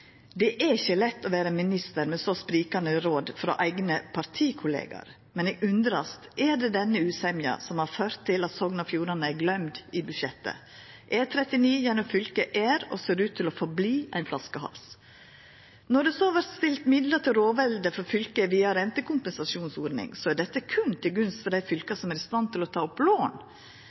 Det er ikkje lett å vera minister med så sprikande råd frå eigne partikollegaer, men eg undrast om det er denne usemja som har ført til at Sogn og Fjordane er gløymt i budsjettet. E39 gjennom fylket er – og ser ut til å halda fram med å vera – ein flaskehals. Når det så vert stilt midlar til rådvelde for fylket via rentekompensasjonsordninga, er dette berre til gunst for dei fylka som er i stand til å ta opp lån.